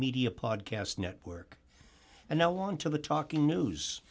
media podcast network and now on to the talking news